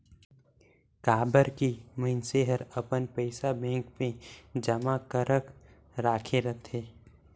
काबर की मइनसे हर अपन पइसा बेंक मे जमा करक राखे रथे